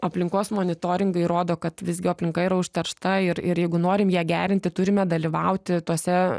aplinkos monitoringai rodo kad visgi aplinka yra užteršta ir ir jeigu norim ją gerinti turime dalyvauti tose